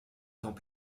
temps